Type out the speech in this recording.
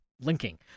linking